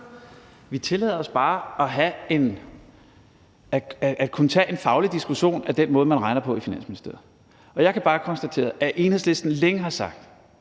Vi tillader os bare at kunne tage en faglig diskussion af den måde, man regner på i Finansministeriet. Og jeg kan bare konstatere, at Enhedslisten længe har sagt